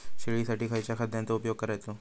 शेळीसाठी खयच्या खाद्यांचो उपयोग करायचो?